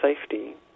Safety